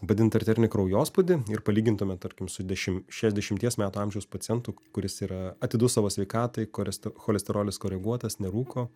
padidintą arterinį kraujospūdį ir palygintume tarkim su dešimt šešiasdešimties metų amžiaus pacientu kuris yra atidus savo sveikatai kuris cholesterolis koreguotas nerūko